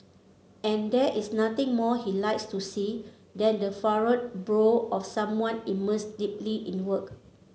and there is nothing more he likes to see than the furrowed brow of someone immersed deeply in work